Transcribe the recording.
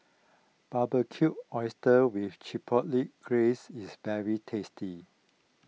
Barbecued Oysters with Chipotle Glaze is very tasty